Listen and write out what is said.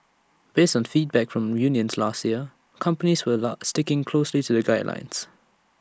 based on feedback from unions last year companies were sticking closely to the guidelines